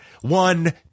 one